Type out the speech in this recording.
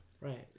Right